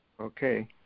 Okay